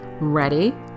Ready